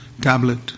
tablet